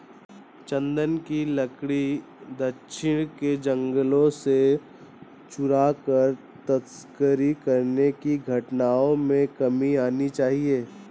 चन्दन की लकड़ी दक्षिण के जंगलों से चुराकर तस्करी करने की घटनाओं में कमी आनी चाहिए